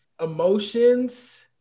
emotions